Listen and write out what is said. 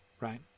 right